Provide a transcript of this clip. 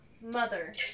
Mother